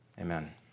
amen